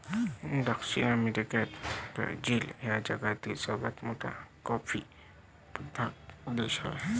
दक्षिण अमेरिकेत ब्राझील हा जगातील सर्वात मोठा कॉफी उत्पादक देश आहे